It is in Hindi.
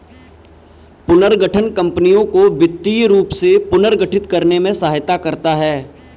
पुनर्गठन कंपनियों को वित्तीय रूप से पुनर्गठित करने में सहायता करता हैं